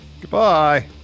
Goodbye